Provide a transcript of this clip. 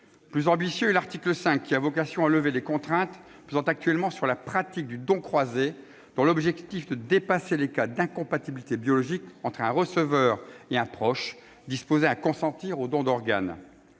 Plus ambitieux est l'article 5, qui a vocation à lever les contraintes pesant actuellement sur la pratique du don croisé, afin de dépasser les cas d'incompatibilité biologique entre un receveur et un proche disposé à consentir au don d'organes.